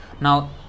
now